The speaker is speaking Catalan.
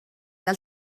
del